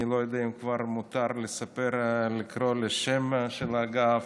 אני לא יודע אם כבר מותר לציין את השם של האגף,